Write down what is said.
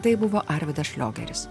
tai buvo arvydas šliogeris